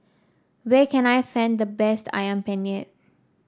where can I find the best ayam penyet